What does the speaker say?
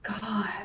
God